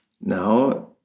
Now